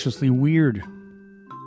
Weird